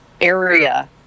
area